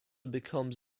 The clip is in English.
becomes